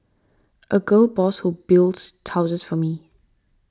a gal boss who builds houses for me